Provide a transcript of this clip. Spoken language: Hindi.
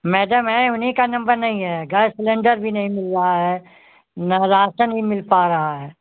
मैडम हैं उन्हीं का नंबर नहीं है गैस सिलेंडर भी नहीं मिल रहा है न राशन ही मिल पा रहा है